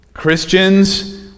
Christians